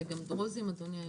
וגם דרוזים, אדוני היושב-ראש.